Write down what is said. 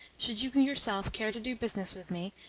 should you yourself care to do business with me,